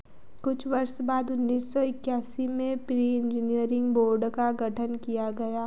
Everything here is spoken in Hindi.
कुछ वर्ष बाद उन्नीस सौ ईक्यासी में प्री इंजीनियरिंग बोर्ड का गठन किया गया